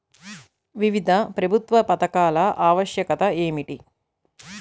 వివిధ ప్రభుత్వ పథకాల ఆవశ్యకత ఏమిటీ?